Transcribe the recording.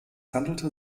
handelt